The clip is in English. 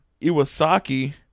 Iwasaki